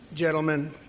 gentlemen